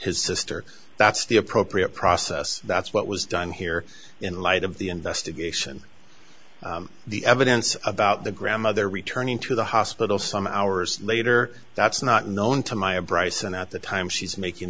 his sister that's the appropriate process that's what was done here in light of the investigation the evidence about the grandmother returning to the hospital some hours later that's not known to maya bryson at the time she's making